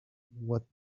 what